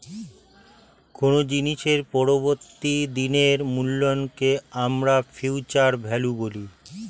কোনো জিনিসের পরবর্তী দিনের মূল্যকে আমরা ফিউচার ভ্যালু বলি